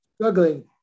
struggling